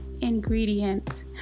ingredients